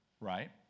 Right